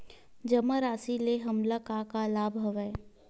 जमा राशि ले हमला का का लाभ हवय?